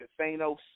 Thanos